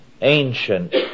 ancient